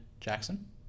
Jackson